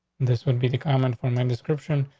this would be the common for my description.